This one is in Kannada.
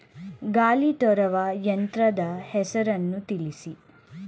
ಗಾಳಿ ತೂರುವ ಯಂತ್ರದ ಹೆಸರನ್ನು ತಿಳಿಸಿ?